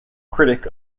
critic